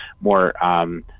more